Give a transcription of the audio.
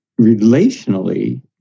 relationally